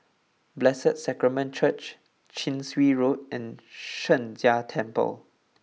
Blessed Sacrament Church Chin Swee Road and Sheng Jia Temple